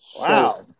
Wow